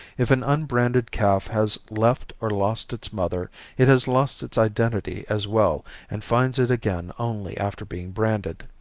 if an unbranded calf has left or lost its mother it has lost its identity as well and finds it again only after being branded,